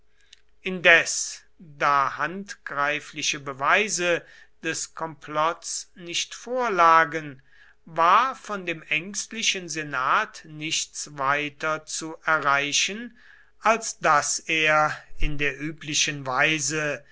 indes da handgreifliche beweise des komplotts nicht vorlagen war von dem ängstlichen senat nichts weiter zu erreichen als daß er in der üblichen weise